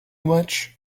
much